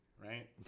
right